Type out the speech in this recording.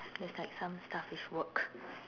there's like some stuff with work